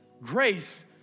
grace